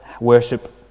worship